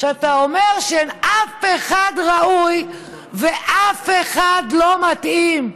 שאתה אומר שאין אף אחד ראוי ואף אחד לא מתאים,